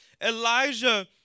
Elijah